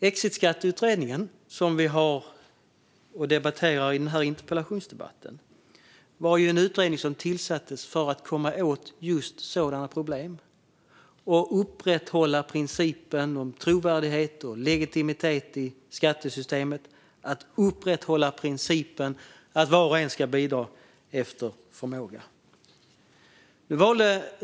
Exitskatteutredningen, som denna interpellationsdebatt handlar om, var en utredning som tillsattes för att komma åt just sådana problem och upprätthålla principen om trovärdighet och legitimitet i skattesystemet och principen om att var och en ska bidra efter förmåga.